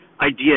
idea